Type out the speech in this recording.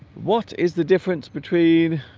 what is the difference between